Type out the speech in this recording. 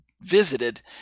visited